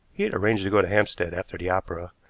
he had arranged to go to hampstead after the opera,